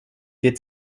wird